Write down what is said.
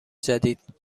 جدید